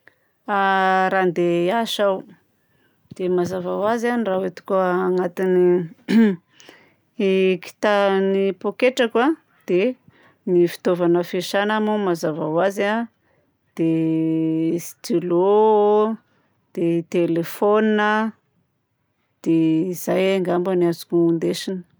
Raha handeha hiasa aho dia mazava ho azy a, raha hoentiko agnatin'ny kita- ny pôketrako a dia ny fitaovagna fiasana moa mazava ho azy a, dia stylo, dia telefaonina, dia zay angambany no azoko ndesigna.